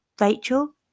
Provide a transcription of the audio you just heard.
Rachel